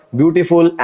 beautiful